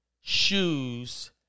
shoes